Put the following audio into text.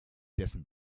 dessen